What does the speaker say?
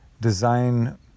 design